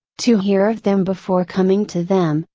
to hear of them before coming to them,